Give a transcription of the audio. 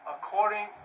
According